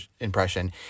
impression